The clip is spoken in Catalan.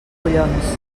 collons